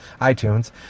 iTunes